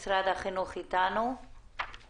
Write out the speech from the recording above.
מנס ציונה דיבר על-כך שעובדות מבוגרות לא יכולות לחזור